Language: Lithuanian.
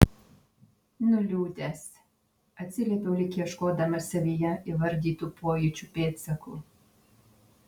nuliūdęs atsiliepiau lyg ieškodamas savyje įvardytų pojūčių pėdsakų